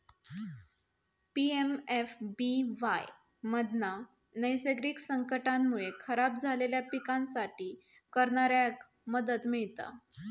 PMFBY मधना नैसर्गिक संकटांमुळे खराब झालेल्या पिकांसाठी करणाऱ्याक मदत मिळता